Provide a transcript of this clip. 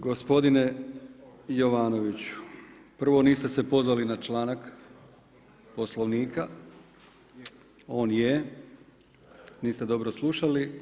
Gospodine Jovanoviću, prvo niste se pozvali na članak Poslovnika, on je, niste dobro slušali.